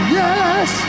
yes